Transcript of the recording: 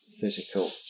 physical